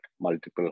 multiple